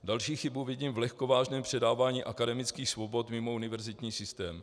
Další chybu vidím v lehkovážném předávání akademických svobod mimo univerzitní systém.